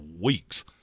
weeks